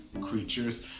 creatures